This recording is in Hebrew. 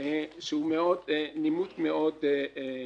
שהוא נימוק מאוד חשוב.